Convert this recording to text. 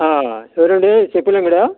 చెవిరెడ్డి చెప్పులు అంగడా